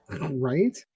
Right